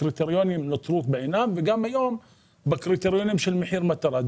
הקריטריונים נותרו בעינם וגם היום בקריטריונים של מחיר מטרה.